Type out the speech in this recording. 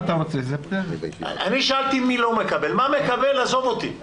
אני שאלתי מה לא מקבל, מה מקבל, עזוב אותי.